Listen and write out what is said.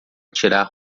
tirar